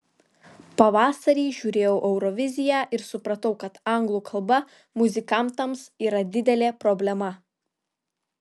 pavasarį žiūrėjau euroviziją ir supratau kad anglų kalba muzikantams yra didelė problema